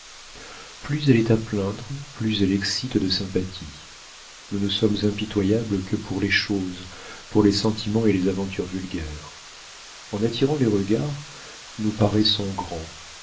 plus elle est à plaindre plus elle excite de sympathies nous ne sommes impitoyables que pour les choses pour les sentiments et les aventures vulgaires en attirant les regards nous paraissons grands